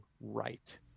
right